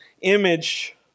image